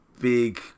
big